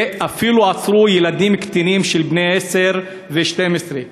ואפילו עצרו ילדים קטינים, בני עשר ו-12.